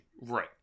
Right